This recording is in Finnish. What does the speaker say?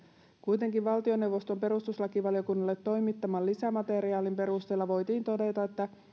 kuitenkin valtioneuvoston perustuslakivaliokunnalle toimittaman lisämateriaalin perusteella voitiin todeta että